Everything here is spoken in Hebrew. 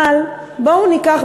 אבל בואו ניקח,